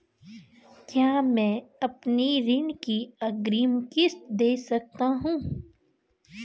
क्या मैं अपनी ऋण की अग्रिम किश्त दें सकता हूँ?